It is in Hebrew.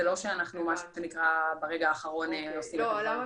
זה לא שאנחנו ברגע האחרון עושים את הדברים.